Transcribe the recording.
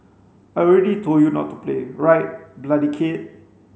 I already told you not to play right bloody kid